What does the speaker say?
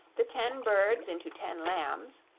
the ten birds into ten lambs,